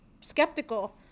skeptical